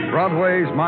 Broadway's